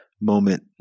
moment